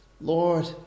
Lord